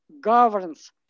governs